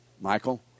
Michael